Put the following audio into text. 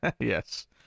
Yes